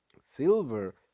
Silver